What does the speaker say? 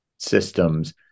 systems